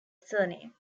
surname